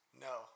No